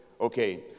Okay